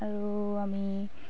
আৰু আমি